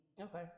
Okay